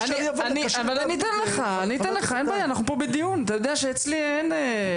אנחנו פה בדיון ואני אתן לך את זכות הדיבור.